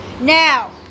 Now